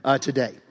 today